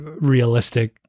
realistic